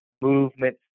movement